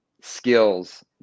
skills